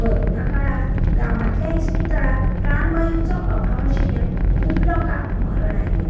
corona काळांत गांवांतल्या इस्पितळांत प्राणवायुचो अभाव आशिल्ल्यान खूब लोकांक मरण आयलें